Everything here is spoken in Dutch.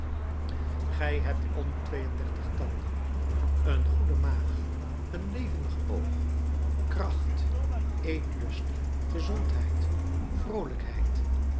gij hebt al uw twee-en-dertig tanden een goede maag een levendig oog kracht eetlust gezondheid vroolijkheid